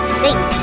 sing